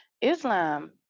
islam